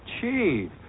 Chief